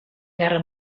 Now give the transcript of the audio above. guerra